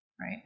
right